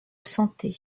santé